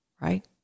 right